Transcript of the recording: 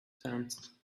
sands